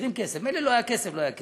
מחזירים כסף, מילא לא היה כסף, לא היה כסף,